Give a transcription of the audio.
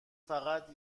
فقط